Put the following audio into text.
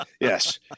Yes